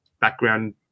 background